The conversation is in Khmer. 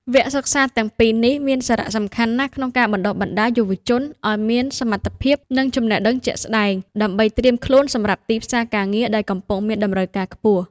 វគ្គសិក្សាទាំងពីរនេះមានសារៈសំខាន់ណាស់ក្នុងការបណ្តុះបណ្តាលយុវជនឱ្យមានសមត្ថភាព និងចំណេះដឹងជាក់ស្តែង ដើម្បីត្រៀមខ្លួនសម្រាប់ទីផ្សារការងារដែលកំពុងមានតម្រូវការខ្ពស់។